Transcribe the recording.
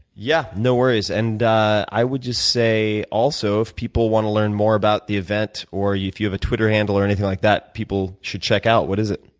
yeah, no worries. and i would just say also, if people want to learn more about the event, or if you have a twitter handle or anything like that people should check out, what is it?